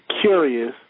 curious